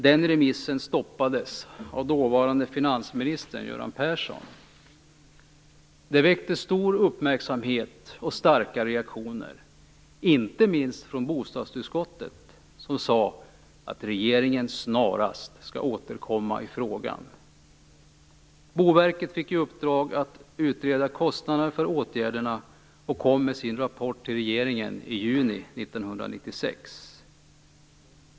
Den remissen stoppades av dåvarande finansministern Göran Persson. Det väckte stor uppmärksamhet och starka reaktioner, inte minst från bostadsutskottet, som sade att regeringen snarast skall återkomma i frågan. Boverket fick i uppdrag att utreda kostnaderna för åtgärderna och kom med sin rapport till regeringen i juni 1996.